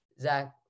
Zach